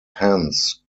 hence